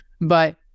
But-